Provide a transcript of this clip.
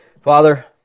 Father